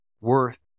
worth